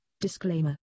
Disclaimer